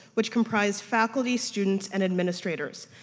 which comprised faculty, students, and administrators.